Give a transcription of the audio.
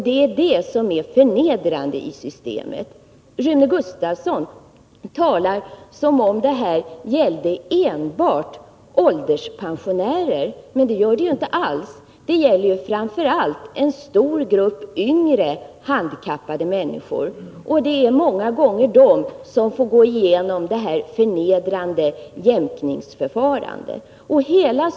Det är det som är förnedrande i systemet. Rune Gustavsson talar som om detta gällde enbart ålderspensionärer, men det gör det ju inte alls. Det gäller framför allt en stor grupp yngre handikappade människor. Det är många gånger de som får gå igenom detta förnedrande jämkningsförfarande.